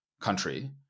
country